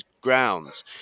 grounds